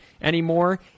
anymore